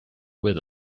with